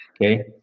okay